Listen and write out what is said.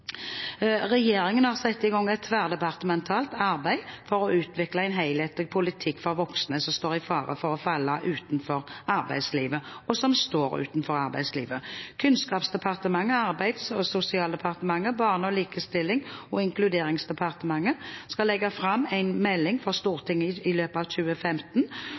Regjeringen har satt i gang et tverrdepartementalt arbeid for å utvikle en helhetlig politikk for voksne som står i fare for å falle utenfor arbeidslivet, og som står utenfor arbeidslivet. Kunnskapsdepartementet, Arbeids- og sosialdepartementet og Barne-, likestillings- og inkluderingsdepartementet skal legge fram en melding for Stortinget i løpet av 2015.